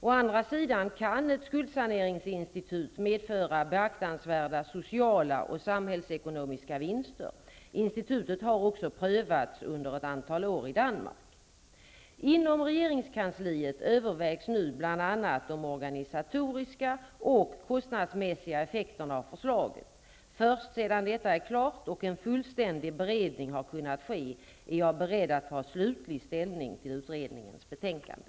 Å andra sidan kan ett skuldsaneringsinstitut medföra beaktansvärda sociala och samhällsekonomiska vinster. Institutet har också prövats under ett antal år i Danmark. Inom regeringskansliet övervägs nu bl.a. de organisatoriska och kostnadsmässiga effekterna av förslaget. Först sedan detta är klart och en fullständig beredning har kunnat ske, är jag beredd att slutligt ta ställning till utredningens betänkande.